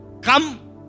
come